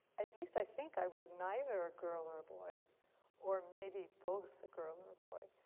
at least i think i was neither a girl or a boy or maybe both a girl or a boy